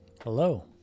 hello